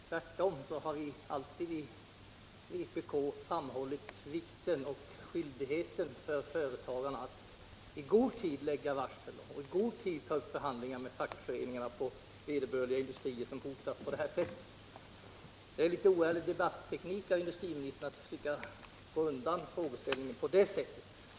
Tvärtom har vi alltid i vpk framhållit vikten av skyldigheten för företagarna att i god tid utfärda varsel och i god tid ta upp förhandlingar med fackföreningarna på vederbörande industrier som hotas. Det är en litet oärlig debatteknik, herr industriminister, att försöka få undan frågeställningen på det sättet.